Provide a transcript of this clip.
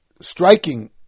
striking